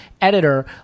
editor